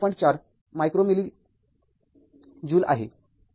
४ millijoule आहे